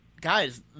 guys